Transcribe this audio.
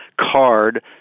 card